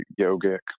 yogic